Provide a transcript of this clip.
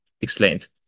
explained